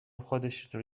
خودشونو